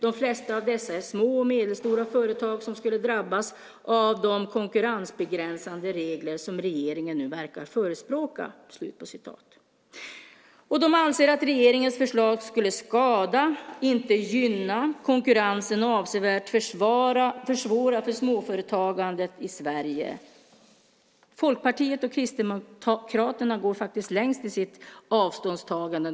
De flesta av dessa är små och medelstora företag som skulle drabbas av de konkurrensbegränsande regler som regeringen nu verkar förespråka." De anser att regeringens förslag skulle skada, inte gynna, konkurrensen och avsevärt försvåra för småföretagandet i Sverige. Folkpartiet och Kristdemokraterna går faktiskt längst i sitt avståndstagande.